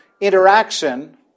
interaction